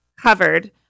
covered